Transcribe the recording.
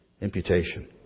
Imputation